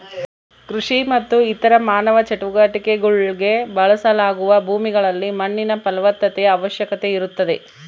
ಕೃಷಿ ಮತ್ತು ಇತರ ಮಾನವ ಚಟುವಟಿಕೆಗುಳ್ಗೆ ಬಳಸಲಾಗುವ ಭೂಮಿಗಳಲ್ಲಿ ಮಣ್ಣಿನ ಫಲವತ್ತತೆಯ ಅವಶ್ಯಕತೆ ಇರುತ್ತದೆ